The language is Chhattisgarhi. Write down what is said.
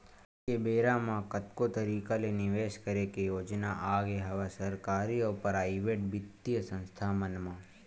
आज के बेरा म कतको तरिका ले निवेस करे के योजना आगे हवय सरकारी अउ पराइेवट बित्तीय संस्था मन म